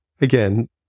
again